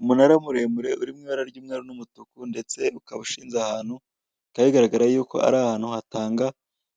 Umunara muremure uri mu ibara ry'umweru n'umutuku ndetse ukaba ushinze ahantu, bihita bigaragara yuko ari ahantu hatanga